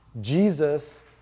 Jesus